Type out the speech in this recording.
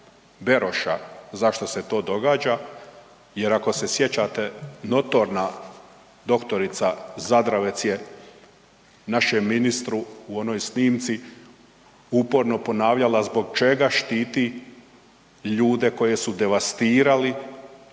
Beroša zašto se to događa jer ako se sjećate, notorna doktorica Zadravec je našem ministru u onoj snimci uporno ponavljala zbog čega štiti ljude koje su devastirali